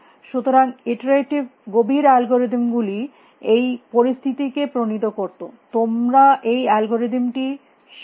সুতরাং ইটরেটিভ গভীর অ্যালগরিদম গুলি এই পরিস্থিতিকে প্রণীত করত তোমরা এই অ্যালগরিদমটি শিখলে